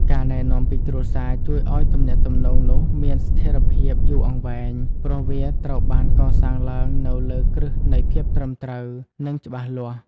ការណែនាំពីគ្រួសារជួយឱ្យទំនាក់ទំនងនោះមានស្ថិរភាពយូរអង្វែង ព្រោះវាត្រូវបានកសាងឡើងនៅលើគ្រឹះនៃភាពត្រឹមត្រូវ និងច្បាស់លាស់។